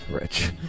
Rich